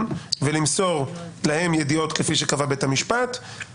ליורשים וימסור להם ידיעות כפי שקבע בית המשפט,